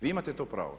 Vi imate to pravo.